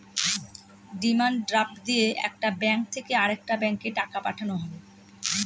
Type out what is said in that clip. demand draft দিয়ে একটা bank থেকে আরেকটা ব্যাঙ্কে টাকা পাঠানো হয়